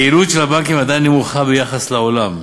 היעילות של הבנקים עדיין נמוכה ביחס לעולם,